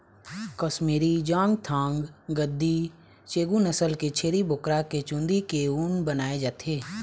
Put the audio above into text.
कस्मीरी, चाँगथाँग, गद्दी, चेगू नसल के छेरी बोकरा के चूंदी के ऊन बनाए जाथे